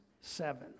seven